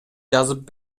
жазып